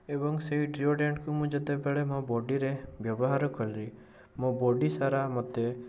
ଏବଂ ସେହି ଡିଓଡ୍ରାଣ୍ଟ୍କୁ ମୁଁ ଯେତେବେଳେ ମୋ ବଡ଼ିରେ ବ୍ୟବହାର କଲି ମୋ ବଡ଼ି ସାରା ମୋତେ